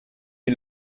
die